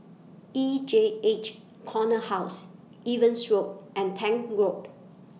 E J H Corner House Evans Road and Tank Road